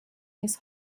his